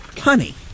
Honey